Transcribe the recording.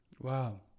Wow